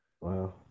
wow